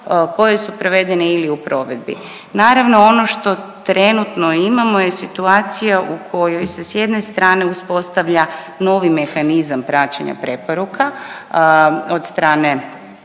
koje su provedene ili u provedbi. Naravno ono što trenutno imamo je situacija u kojoj se s jedne strane uspostavlja novi mehanizam praćenja preporuka od strane